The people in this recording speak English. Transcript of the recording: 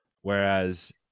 whereas